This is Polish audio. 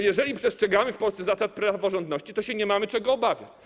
Jeżeli przestrzegamy w Polsce zasad praworządności, to nie mamy się czego obawiać.